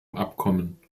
abkommen